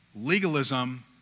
Legalism